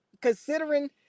considering